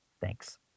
Thanks